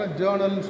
journal